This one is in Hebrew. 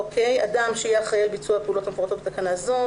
"אדם שיהיה אחראי על ביצוע פעולות המפורטות בתקנה זו".